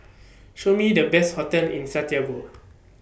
Show Me The Best hotels in Santiago